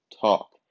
talk